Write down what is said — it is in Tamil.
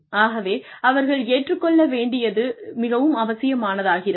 ஆகவே அவர்கள் ஏற்றுக்கொள்ள வேண்டியது மிகவும் அவசியமானதாகிறது